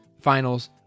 finals